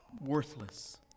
worthless